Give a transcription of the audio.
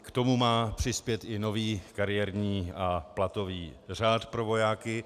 K tomu má přispět i nový kariérní a platový řád pro vojáky.